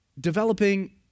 developing